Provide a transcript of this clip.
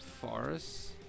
forests